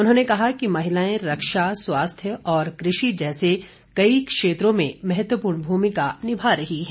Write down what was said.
उन्होंने कहा कि महिलाएं रक्षा स्वास्थ्य और कृषि जैसे कई क्षेत्रों में महत्वपूर्ण भूमिका निभा रही हैं